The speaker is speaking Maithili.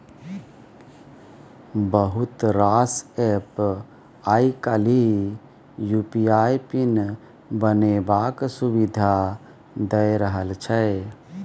बहुत रास एप्प आइ काल्हि यु.पी.आइ पिन बनेबाक सुविधा दए रहल छै